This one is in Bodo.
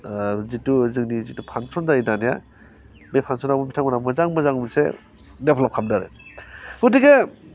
जिथु जोंनि फांसन जायो दानिआ बे फांसनाव बिथांमोना मोजां मोजां मोनसे डेभलाभ खालामदों आरो गथिखे